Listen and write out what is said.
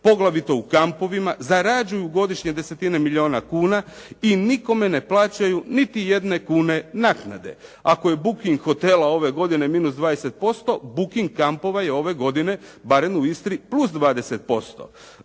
poglavito u kampovima, zarađuju godišnje desetine milijuna kuna i nikome ne plaćaju niti jedne kune naknade. Ako je booking hotela ove godine -20% booking kampova je ove godine barem u Istri +20%.